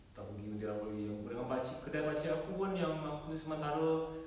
tak pergi gunting rambut lagi apa dengan pakcik kedai pakcik aku pun yang apa sementara